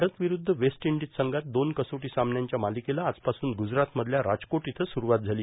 भारत विरुद्ध West Indies संघात दोन कसोटी सामन्यांच्या मालिकेला आजपासून ग्रजरातमधल्या राजकोट इथं सुरुवात झाली